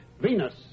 Venus